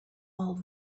all